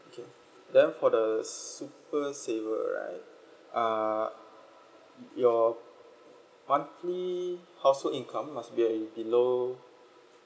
okay then for the super saver right err you~ your monthly household income must be at uh below